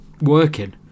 working